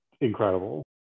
incredible